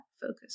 focus